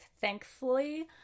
thankfully